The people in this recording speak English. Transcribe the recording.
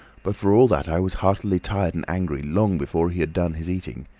but for all that i was heartily tired and angry long before he had done his eating.